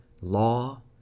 law